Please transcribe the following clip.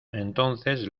entonces